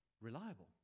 reliable